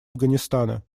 афганистана